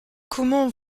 comment